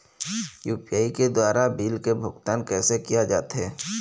UPI के द्वारा bill के भुगतान कैसे किया जाथे?